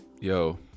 Yo